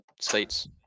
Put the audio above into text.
states